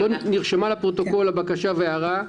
נרשמה בפרוטוקול הבקשה וההערה.